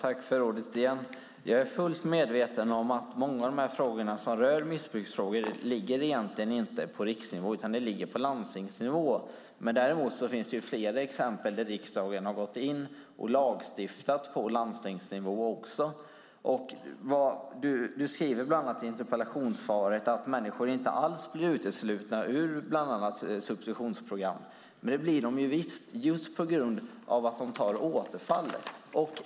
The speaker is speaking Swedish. Herr talman! Jag är fullt medveten om att många av frågorna som rör missbruk egentligen inte ligger på riksnivå utan på landstingsnivå. Däremot finns det flera exempel på att riksdagen har gått in och lagstiftat på landstingsnivå. I interpellationssvaret skriver du bland annat att människor inte alls blir uteslutna ur bland annat substitutionsprogram, men det blir de visst, just på grund av att de återfaller.